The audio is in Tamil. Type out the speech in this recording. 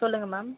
சொல்லுங்கள் மேம்